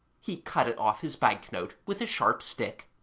he cut it off his bank-note with a sharp stick.